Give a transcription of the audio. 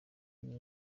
iyi